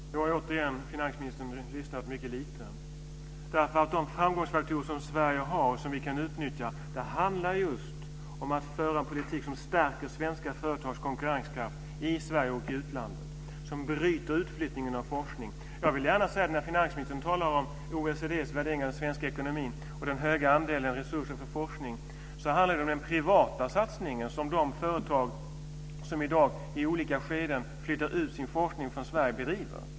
Fru talman! Nu har återigen finansministern lyssnat mycket lite. De framgångsfaktorer som Sverige kan utnyttja handlar om att föra en politik som stärker svenska företags konkurrenskraft i Sverige och i utlandet, som bryter utflyttningen av forskning. När finansministern talar om OECD:s värderingar i den svenska ekonomin och den höga andelen resurser för forskning är det fråga om den privata satsning som de företag som i dag i olika skeenden flyttar ut sin forskning från Sverige gör.